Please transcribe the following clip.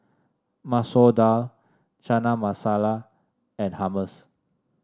Masoor Dal Chana Masala and Hummus